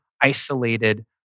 isolated